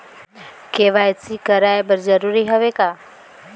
KYC कराय बर जरूरी हवे का?